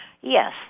Yes